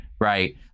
right